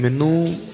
ਮੈਨੂੰ